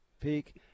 peak –